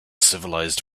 civilized